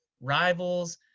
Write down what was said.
rivals